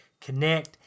connect